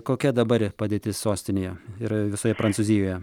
kokia dabar padėtis sostinėje ir visoje prancūzijoje